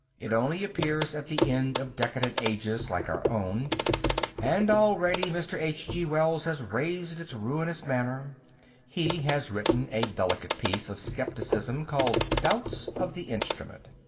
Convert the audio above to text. it only appears at the end of decadent ages like our own and already mr. h g wells has raised its ruinous banner he has written a delicate piece of scepticism called doubts of the instrument.